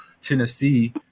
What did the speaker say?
Tennessee